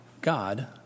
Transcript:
God